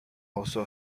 also